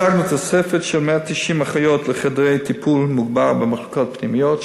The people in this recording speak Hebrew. השגנו תוספת של 190 אחיות לחדרי טיפול מוגבר במחלקות פנימיות,